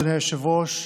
אדוני היושב-ראש,